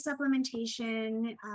supplementation